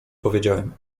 powiedziałem